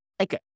Okay